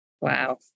Wow